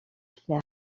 clair